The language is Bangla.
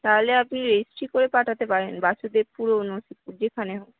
তাহলে আপনি রেজিস্ট্রি করে পাঠাতে পারেন বাসুদেবপুর ও অন্য যেখানে হোক